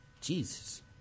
Jesus